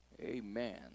Amen